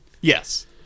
yes